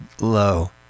low